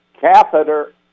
catheter